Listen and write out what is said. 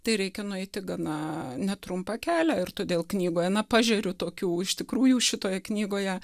tai reikia nueiti gana netrumpą kelią ir todėl knygoje na pažeriu tokių iš tikrųjų šitoje knygoje